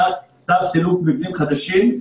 צו סילוק מבנים חדשים,